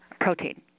protein